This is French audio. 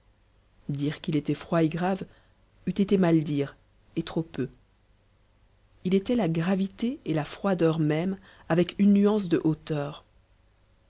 dire qu'il était froid et grave eût été mal dire et trop peu il était la gravité et la froideur mêmes avec une nuance de hauteur